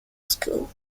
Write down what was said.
school